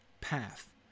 path